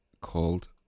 called